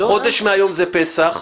חודש מהיום זה פסח.